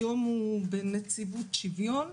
שהיום הוא בנציבות שוויון,